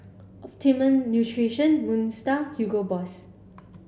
Optimum Nutrition Moon Star Hugo Boss